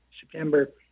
September